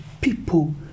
people